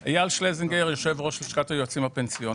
אייל שלזינגר, יושב ראש לשכת היועצים הפנסיוניים.